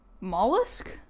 mollusk